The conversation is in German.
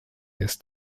des